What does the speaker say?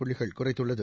புள்ளிகள் குறைத்துள்ளது